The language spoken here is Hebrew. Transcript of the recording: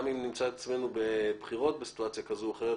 גם אם נמצא את עצמנו בבחירות בסיטואציה כזו או אחרת,